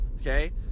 okay